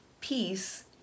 peace